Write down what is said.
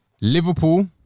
Liverpool